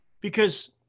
because-